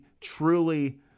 truly